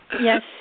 Yes